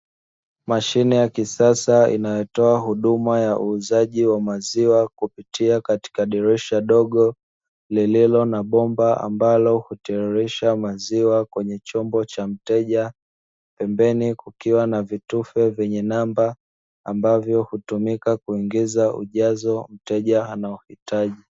Mashine ya kisasa inayotoa huduma ya uuzaji wa maziwa, kupitia katika dirisha dogo, lililo na bomba ambalo hutiririsha maziwa kwenye chombo cha mteja. Pembeni kukiwa na vitufe vyenye namba, ambavyo hutumika kuingiza ujazo mteja anaouhitaji.